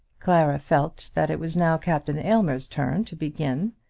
clara felt that it was now captain aylmer's turn to begin,